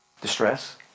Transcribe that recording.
Distress